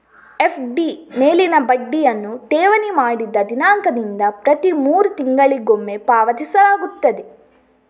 FD ಮೇಲಿನ ಬಡ್ಡಿಯನ್ನು ಠೇವಣಿ ಮಾಡಿದ ದಿನಾಂಕದಿಂದ ಪ್ರತಿ ಮೂರು ತಿಂಗಳಿಗೊಮ್ಮೆ ಪಾವತಿಸಲಾಗುತ್ತದೆ